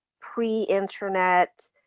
pre-internet